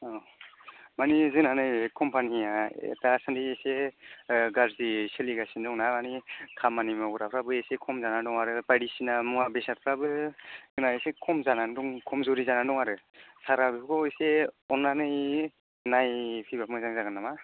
औ मानि जोंना नैबे कम्पानिया दासानदि एसे गाज्रियै सोलिगासिनो दं ना मानि खामानि मावग्राफ्राबो एसे खम जानानै दं आरो बायदिसिना मुवा बेसादफ्राबो जोंना एसे खम जानानै दं खमजुरि जानानै दं आरो सारा बेफोरखौ एसे अन्नानै नायफैबा मोजां जागोन नामा